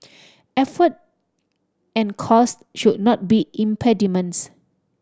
effort and cost should not be impediments